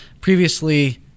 Previously